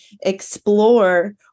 explore